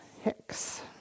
Hicks